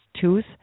tooth